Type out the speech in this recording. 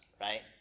right